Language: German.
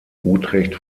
utrecht